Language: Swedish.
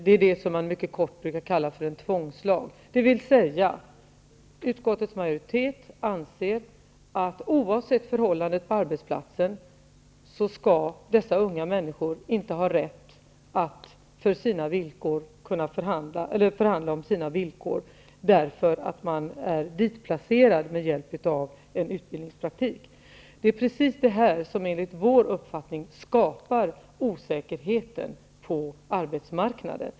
Det är det som man kort brukar kalla för en tvångslag. Utskottets majoritet anser att oavsett förhållandet på arbetsplatsen skall dessa unga människor inte ha rätt att förhandla om sina villkor, eftersom de har placerats där med hjälp av utbildningspraktik. Enligt vår uppfattning är det just detta som skapar osäkerheten på arbetsmarknaden.